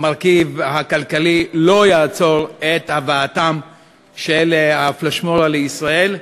המרכיב הכלכלי לא יעצור את הבאתם של הפלאשמורה לישראל.